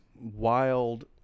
wild